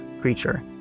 creature